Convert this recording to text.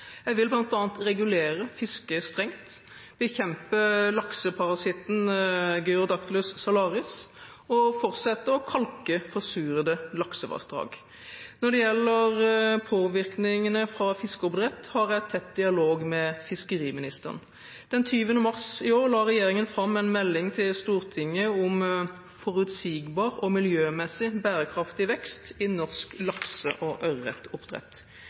Jeg vil bl.a. regulere fisket strengt, bekjempe lakseparasitten Gyrodactylus salaris og fortsette å kalke forsurede laksevassdrag. Når det gjelder påvirkningene fra fiskeoppdrett, har jeg tett dialog med fiskeriministeren. Den 20. mars i år la regjeringen fram en melding til Stortinget om forutsigbar og miljømessig bærekraftig vekst i norsk lakse- og